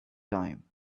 time